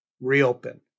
reopen